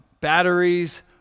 batteries